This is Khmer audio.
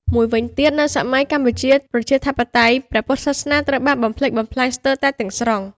មួយវិញទៀត នៅសម័យកម្ពុជាប្រជាធិបតេយ្យ ព្រះពុទ្ធសាសនាត្រូវបានបំផ្លិចបំផ្លាញស្ទើរតែទាំង ស្រុង ។